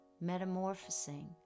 metamorphosing